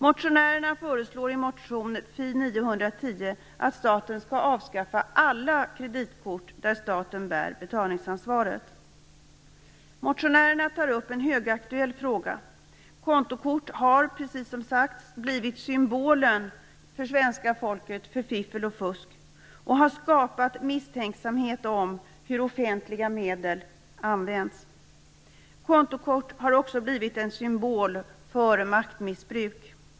Motionärerna förslår i motion Fi910 att staten skall avskaffa alla kreditkort där staten bär betalningsansvaret. Motionärerna tar upp en högaktuell fråga. Kontokort har, precis som sagts, blivit symbolen för svenska folket för fiffel och fusk och har skapat misstänksamhet om hur offentliga medel används. Kontokort har också blivit en symbol för maktmissbruk.